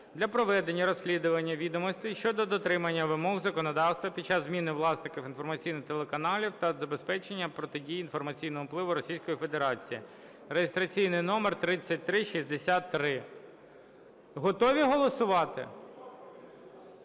для проведення розслідування відомостей щодо дотримання вимог законодавства під час зміни власників інформаційних телеканалів та забезпечення протидії інформаційного впливу Російської Федерації (реєстраційний номер 3363). Готові голосувати?